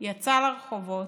יצא לרחובות,